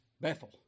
Bethel